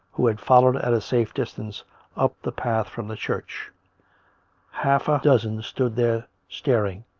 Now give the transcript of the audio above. who had followed at a safe distance up the path from the church half a dozen stood there staring,